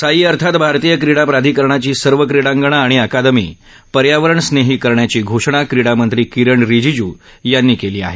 साई अर्थात भारतीय क्रीडा प्राधिकरणाची सर्व क्रीडांगणं आणि अकादमी पर्यावरणस्नेही करण्याची घोषणा क्रीडा मंत्री किरण रिजीजू यांनी केली आहे